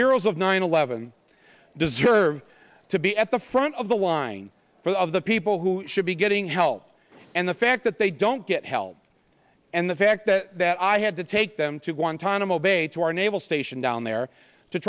heroes of nine eleven deserve to be at the front of the line for the of the people who should be getting help and the fact that they don't get help and the fact that i had to take them to guantanamo bay to our naval station down there to